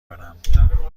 برم